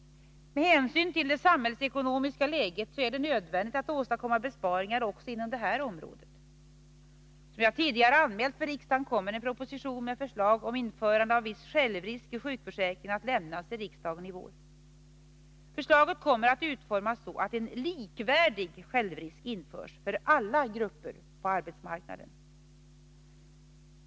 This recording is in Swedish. Med hänsyn till det samhällsekonomiska läget är det nödvändigt att åstadkomma besparingar också inom detta område. Som jag tidigare anmält för riksdagen kommer en proposition med förslag om införande av viss självrisk i sjukförsäkringen att lämnas till riksdagen i vår. Förslaget kommer att utformas så att en likvärdig självrisk införs för alla grupper på arbetsmarknaden.